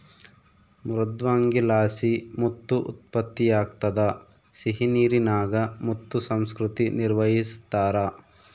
ಮೃದ್ವಂಗಿಲಾಸಿ ಮುತ್ತು ಉತ್ಪತ್ತಿಯಾಗ್ತದ ಸಿಹಿನೀರಿನಾಗ ಮುತ್ತು ಸಂಸ್ಕೃತಿ ನಿರ್ವಹಿಸ್ತಾರ